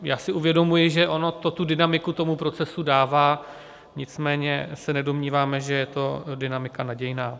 Já si uvědomuji, že ono to tu dynamiku tomu procesu dává, nicméně se nedomníváme, že to je dynamika nadějná.